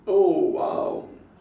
oh !wow!